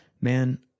man